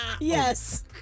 yes